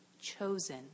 chosen